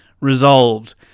Resolved